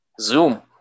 Zoom